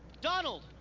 Donald